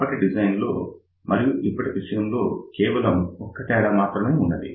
అప్పటి డిజైన్లో మరియు ఇప్పటి విషయములో కేవలం ఒక్క తేడా మాత్రం ఉన్నది